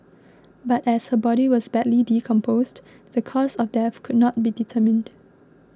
but as her body was badly decomposed the cause of death could not be determined